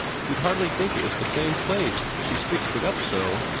you'd hardly think it was the same place, she's fixed it up so.